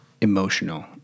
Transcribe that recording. emotional